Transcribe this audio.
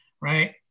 right